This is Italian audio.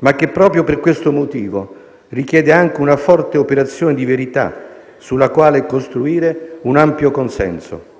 ma che, proprio per questo motivo, richiede anche una forte operazione di verità sulla quale costruire un ampio consenso.